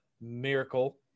Miracle